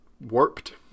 warped